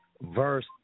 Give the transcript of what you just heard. Verse